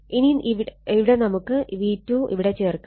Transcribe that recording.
ഇവിടെ ഇനി നമുക്ക് v2 ഇവിടെ ചേർക്കാം